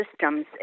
systems